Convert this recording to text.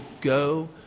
Go